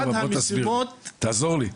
בוא תסביר, תעזור לי.